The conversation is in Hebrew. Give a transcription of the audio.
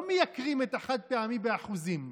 לא מייקרים את החד-פעמי באחוזים.